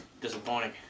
Disappointing